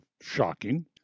shocking